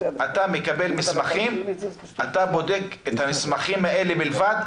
מקבל מסמכים ואתה בודק את המסמכים האלה בלבד.